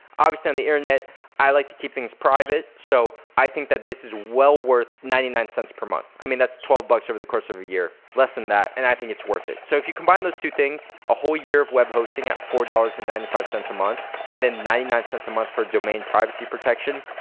obviously on the internet i like to keep things private. so, i think that this is well worth ninety nine cents per month. i mean that's twelve bucks over the course of a year. less than that and i think it's worth it. so if you combine those two things, a whole year of web hosting at four point and nine five dollars a month and then ninety nine cents a month for domain privacy protection,